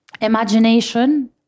imagination